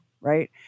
right